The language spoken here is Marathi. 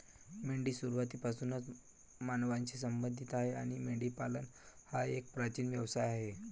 मेंढी सुरुवातीपासूनच मानवांशी संबंधित आहे आणि मेंढीपालन हा एक प्राचीन व्यवसाय आहे